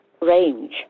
range